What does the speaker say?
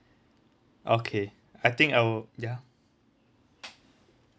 okay I think I will ya